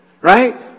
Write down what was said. right